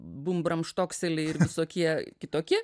bumbramštokseliai ir visokie kitokie